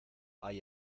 hay